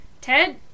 Ted